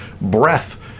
breath